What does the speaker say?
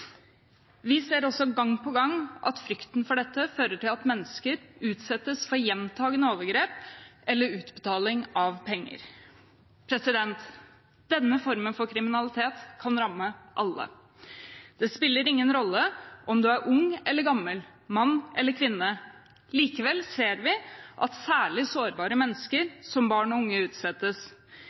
Vi ser også gang på gang at frykten for dette fører til at mennesker utsettes for gjentakende overgrep eller for krav om utbetaling av penger. Denne formen for kriminalitet kan ramme alle. Det spiller ingen rolle om en er ung eller gammel, mann eller kvinne. Likevel ser vi at særlig sårbare mennesker, som barn og unge, utsettes.